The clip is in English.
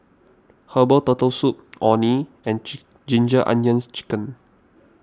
Herbal Turtle Soup Orh Nee and Ginger Onions Chicken